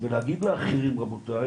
ולהגיד לאחרים, רבותיי